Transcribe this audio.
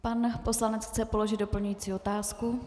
Pan poslanec chce položit doplňující otázku?